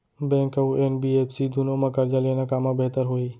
Bank अऊ NBFC दूनो मा करजा लेना कामा बेहतर होही?